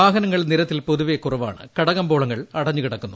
വാഹനങ്ങൾ നിരത്തിൽ പൊതുവെ കുറവാണ് കടകമ്പോളങ്ങൾ അടഞ്ഞുകിടക്കുന്നു